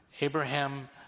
Abraham